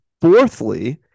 fourthly